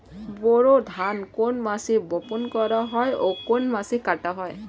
বোরো ধান কোন মাসে বপন করা হয় ও কোন মাসে কাটা হয়?